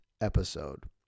episode